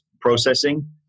processing